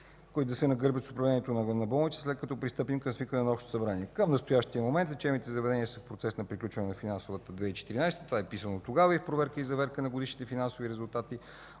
които да се нагърбят с управлението на болницата, след като пристъпим към свикване на Общото събрание. Към настоящия момент лечебните заведения са в процес на приключване на финансовата 2014 г. – това е писано тогава, и проверка и заверка на годишните финансови резултати.